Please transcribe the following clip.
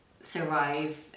survive